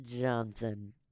Johnson